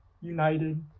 United